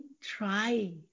try